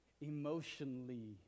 emotionally